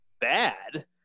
bad